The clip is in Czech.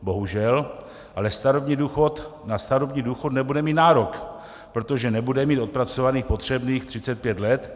Bohužel ale na starobní důchod nebude mít nárok, protože nebude mít odpracovaných potřebných 35 let.